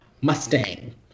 Mustang